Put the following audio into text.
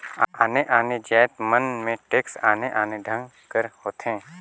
आने आने जाएत मन में टेक्स आने आने ढंग कर होथे